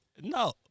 No